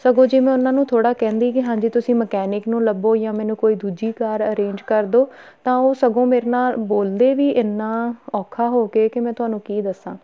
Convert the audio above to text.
ਸਗੋਂ ਜੇ ਮੈਂ ਉਹਨਾਂ ਨੂੰ ਥੋੜ੍ਹਾ ਕਹਿੰਦੀ ਕਿ ਹਾਂਜੀ ਤੁਸੀਂ ਮਕੈਨਿਕ ਨੂੰ ਲੱਭੋ ਜਾਂ ਮੈਨੂੰ ਕੋਈ ਦੂਜੀ ਕਾਰ ਅਰੇਂਜ ਕਰ ਦਿਓ ਤਾਂ ਉਹ ਸਗੋਂ ਮੇਰੇ ਨਾਲ ਬੋਲਦੇ ਵੀ ਇੰਨਾ ਔਖਾ ਹੋ ਕੇ ਕਿ ਮੈਂ ਤੁਹਾਨੂੰ ਕੀ ਦੱਸਾਂ